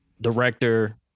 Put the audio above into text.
director